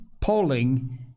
polling